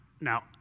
Now